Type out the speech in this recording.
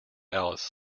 alice